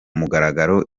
mugaragaro